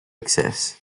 excess